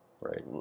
Right